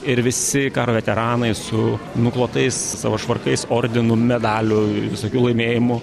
ir visi karo veteranai su nuklotais savo švarkais ordinų medalių ir visokių laimėjimų